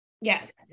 Yes